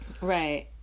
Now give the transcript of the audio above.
right